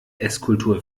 esskultur